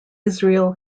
israel